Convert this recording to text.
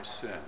sin